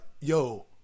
yo